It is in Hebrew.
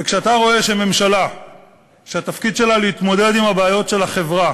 וכשאתה רואה שממשלה שהתפקיד שלה להתמודד עם הבעיות של החברה